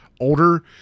older